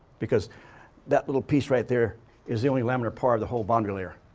because that little piece right there is the only laminar part of the whole boundary layer.